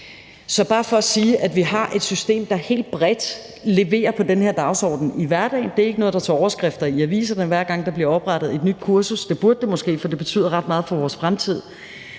er bare for at sige, at vi har et system, der helt bredt leverer på den her dagsorden i hverdagen. Det er ikke noget, der tager overskrifter i aviserne, hver gang der bliver oprettet et nyt kursus. Det burde det måske, for det betyder ret meget for vores fremtid.